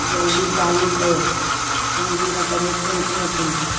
जल्दी चालू कयो मुंहिंजी न त मीटिंग कीअं थींदी